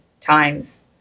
times